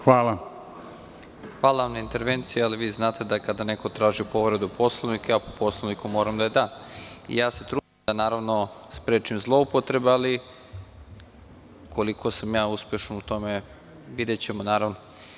Hvala na intervenciji, ali vi znate da kada neko traži povredu Poslovnika, ja po Poslovniku moram da je dam i ja se trudim da sprečim zloupotrebu, ali koliko sam ja uspešan u tome, videćemo, naravno.